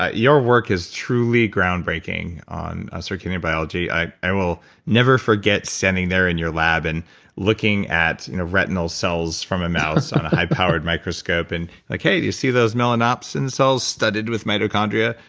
ah your work is truly groundbreaking on a circadian biology. i i will never forget standing there in your lab and looking at you know retinal cells from a mouse on a high-powered microscope and okay, do you see those melanopsin cells studied with mitochondria?